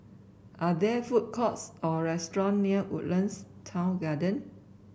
are there food courts or restaurant near Woodlands Town Garden